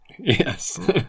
Yes